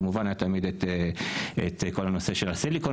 כמובן היה תמיד את כל הנושא של הסיליקון